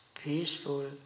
peaceful